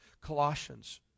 Colossians